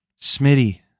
Smitty